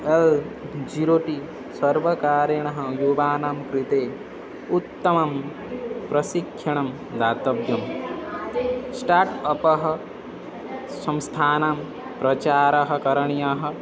L जीरो टी सर्वकारेण युवानां कृते उत्तमं प्रशिक्षणं दातव्यं स्टार्ट् अपः संस्थानां प्रचारः करणीयः